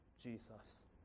Jesus